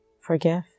forgive